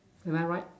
am I right